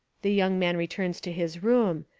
the young man returns to his room.